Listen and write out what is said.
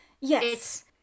Yes